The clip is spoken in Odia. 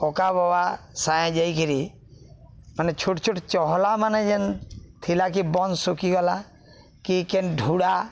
କକା ବବା ସାଙ୍ଗେ ଯାଇକିରି ମାନେ ଛୋଟ ଛୋଟ୍ ଚହଲା ମାନେ ଯେନ୍ ଥିଲା କି ବନ୍ଧ୍ ଶୁଖିଗଲା କି କେନ୍ ଢୁଡ଼ା